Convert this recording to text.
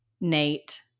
Nate